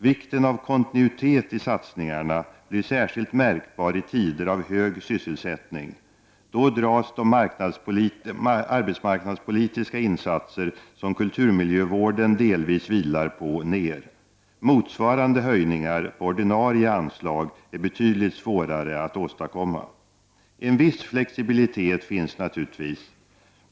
Vikten av kontinuitet i satsningarna blir särskilt märkbar i tider av hög sysselsättning. Då dras de arbetsmarknadspolitiska insatser som kulturmiljövården delvis vilar på ner. Motsvarande höjningar på ordinarie anslag är betydligt svårare att åstadkomma. En viss flexibilitet finns naturligtvis.